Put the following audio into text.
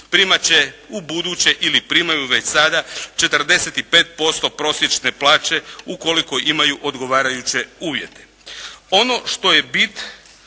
primat će ubuduće ili primaju već sada 45% prosječne plaće ukoliko imaju odgovarajuće uvjete. Ono što je bit